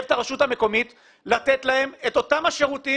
את הרשות המקומית לתת להם את אותם שירותים